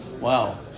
Wow